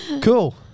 Cool